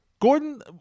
Gordon